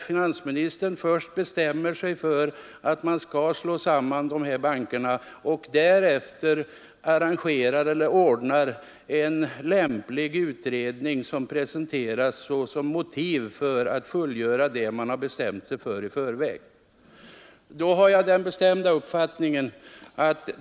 Finansministern bestämmer sig först för att man skall slå samman bankerna och därefter presenteras en lämpligt utformad utredning som förevändning för att fullfölja detta beslut.